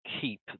keep